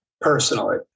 personally